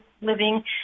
living